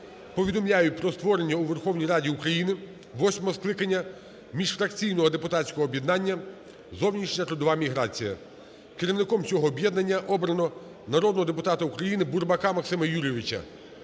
повідомляю про створення у Верховній Раді України восьмого скликання міжфракційного депутатського об'єднання "Зовнішня трудова міграція". Керівником цього об'єднання обрано народного депутата УкраїниБурбака Максима Юрійовича.